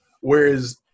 Whereas